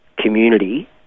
community